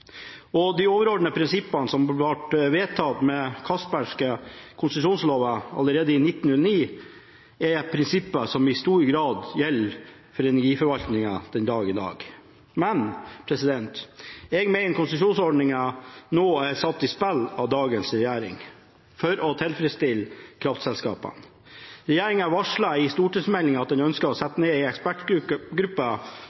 fortsatt. De overordnede prinsippene som ble vedtatt med de Castbergske konsesjonslover allerede i 1909, er prinsipper som i stor grad gjelder for energiforvaltningen den dag i dag. Men jeg mener at konsesjonsordningen nå er satt i spill av dagens regjering for å tilfredsstille kraftselskapene. Regjeringen varsler i stortingsmeldingen at den ønsker å